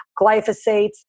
glyphosate